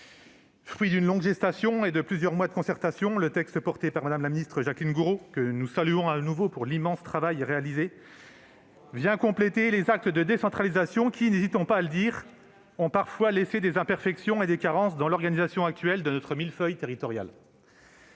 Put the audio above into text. Fruit d'une longue gestation et de plusieurs mois de concertation, le texte porté par Mme la ministre Jacqueline Gourault, que nous saluons de nouveau pour l'immense travail réalisé, vient compléter les actes de décentralisation, qui- n'hésitons pas à le dire -ont parfois laissé des imperfections et des carences dans l'organisation actuelle de notre millefeuille territorial.